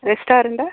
ரெஸ்டாரண்ட்டா